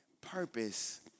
purpose